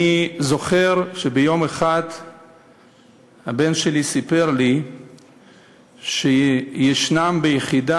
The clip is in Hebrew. אני זוכר שיום אחד הבן שלי סיפר לי שיש ביחידה